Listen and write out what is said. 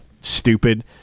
stupid